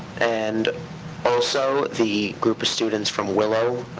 and also, the group of students from willow,